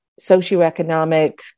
socioeconomic